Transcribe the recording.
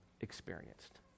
experienced